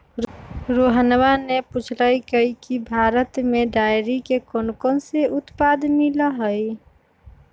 रोहणवा ने पूछल कई की भारत में डेयरी के कौनकौन से उत्पाद मिला हई?